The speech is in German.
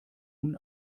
nun